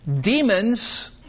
demons